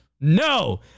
No